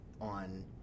on